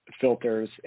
filters